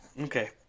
Okay